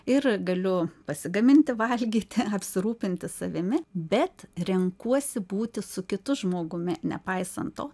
ir galiu pasigaminti valgyti apsirūpinti savimi bet renkuosi būti su kitu žmogumi nepaisant to